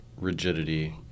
rigidity